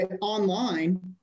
online